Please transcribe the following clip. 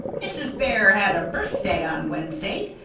mrs. bear had a birthday on wednesday.